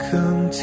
Come